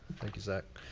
thank you, zack.